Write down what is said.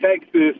Texas